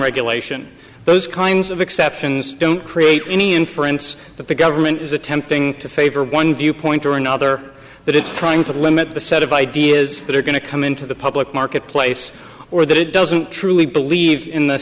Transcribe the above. regulation those kinds of exceptions don't create any inference that the government is attempting to favor one viewpoint or another but it's trying to limit the set of ideas that are going to come into the public marketplace or that it doesn't truly believe in the